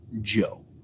Joe